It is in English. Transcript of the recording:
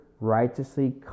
righteously